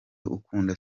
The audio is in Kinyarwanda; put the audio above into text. ukunda